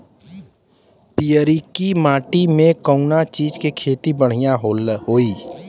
पियरकी माटी मे कउना चीज़ के खेती बढ़ियां होई?